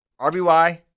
RBY